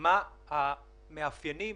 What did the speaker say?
במקום לאפשר